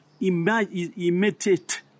imitate